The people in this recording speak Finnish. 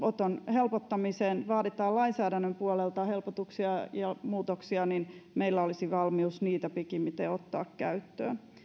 helpottamiseen vaaditaan lainsäädännön puolelta helpotuksia ja muutoksia niin meillä olisi valmius niitä pikimmiten ottaa käyttöön